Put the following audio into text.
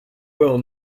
well